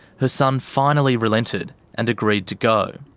her son finally relented and agreed to go.